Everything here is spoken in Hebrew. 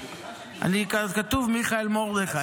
כתוב "מיכאל מרדכי",